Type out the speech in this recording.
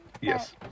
Yes